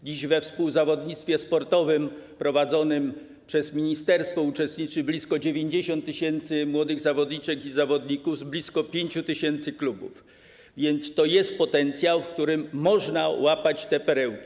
Dziś we współzawodnictwie sportowym prowadzonym przez ministerstwo uczestniczy blisko 90 tys. młodych zawodniczek i zawodników z blisko 5 tys. klubów, więc to jest potencjał, w którym można łapać perełki.